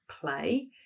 play